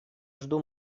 жду